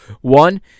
One